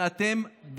ואתם,